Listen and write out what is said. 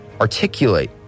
articulate